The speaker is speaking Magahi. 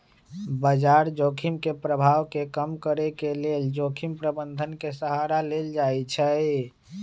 बजार जोखिम के प्रभाव के कम करेके लेल जोखिम प्रबंधन के सहारा लेल जाइ छइ